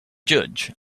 judge